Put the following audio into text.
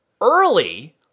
early